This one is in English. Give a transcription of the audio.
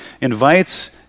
invites